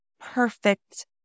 perfect